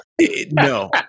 No